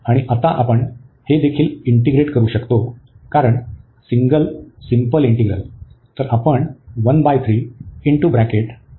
आणि आता आपण हे देखील इंटीग्रेट करू शकतो कारण सिंगल सिंपल इंटीग्रल